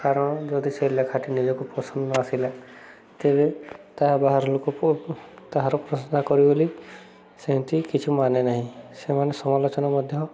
କାରଣ ଯଦି ସେ ଲେଖାଟି ନିଜକୁ ପସନ୍ଦ ଆସିଲା ତେବେ ତାହା ବାହାର ଲୋକକୁ ତାହାର ପ୍ରଶଂସା କରିବ ବୋଲି ସେମିତି କିଛି ମାନେ ନାହିଁ ସେମାନେ ସମାଲୋଚନା ମଧ୍ୟ